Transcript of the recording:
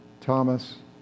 Thomas